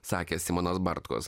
sakė simonas bartkus